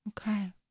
Okay